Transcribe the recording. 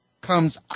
comes